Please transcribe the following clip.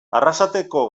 arrasateko